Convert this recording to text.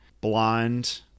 Blonde